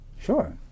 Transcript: sure